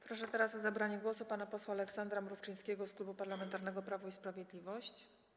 Proszę teraz o zabranie głosu pana posła Aleksandra Mrówczyńskiego z Klubu Parlamentarnego Prawo i Sprawiedliwość.